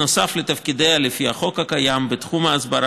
נוסף לתפקידיה לפי החוק הקיים בתחום ההסברה